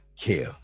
care